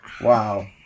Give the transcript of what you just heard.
Wow